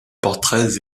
portraits